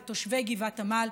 לתושבי גבעת עמל,